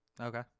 Okay